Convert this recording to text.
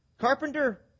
Carpenter